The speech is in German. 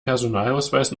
personalausweis